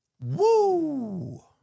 Woo